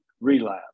relapse